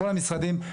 מכל המשרדים,